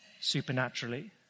supernaturally